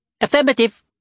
Affirmative